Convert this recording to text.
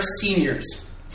seniors